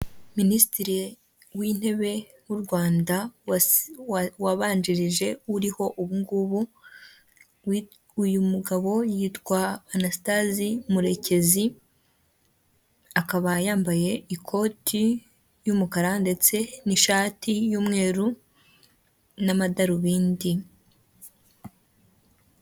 Minisitiri w'intebe w'u Rwanda wabanjirije uriho ubu ngubu, uyu mugabo yitwa Anastase Murekezi akaba yambaye ikoti y'umukara ndetse n'ishati y'umweru n'amadarubindi.